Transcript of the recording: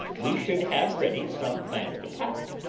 we should have ready some plan of attack,